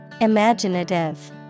Imaginative